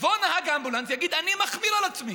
יבוא נהג אמבולנס ויגיד: אני מחמיר על עצמי,